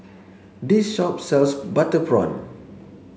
this shop sells butter prawn